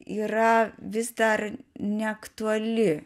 yra vis dar neaktuali